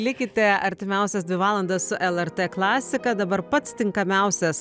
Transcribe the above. likite artimiausias dvi valandas su lrt klasika dabar pats tinkamiausias